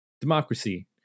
Democracy